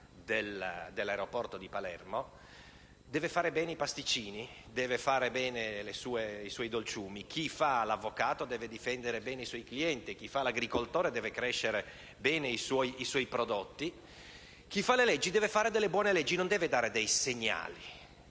dell'aeroporto di Palermo, deve fare bene i pasticcini, i suoi dolciumi. Chi fa l'avvocato deve difendere bene i suoi clienti; chi è agricoltore deve far crescere i suoi prodotti e chi fa le leggi deve fare buone leggi, e non dare segnali.